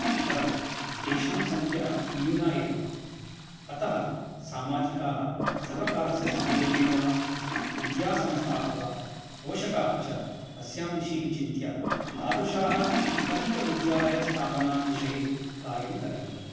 परं तेषां संख्या न्यूना एव अतः सामाजिकाः सर्वकारस्य सहयोगेन वा विद्यासंस्थाः वा पोषकाः च अस्याम् दिशि विचिन्त्य तादृशाः अधिकविद्यालयस्थापना विषये कार्यं करणीयम्